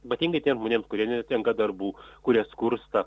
ypatingai tiem žmonėms kurie netenka darbų kurie skursta